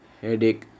headache